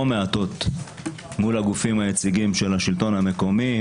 מעטות מול הגופים היציגים של השלטון המקומי,